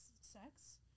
sex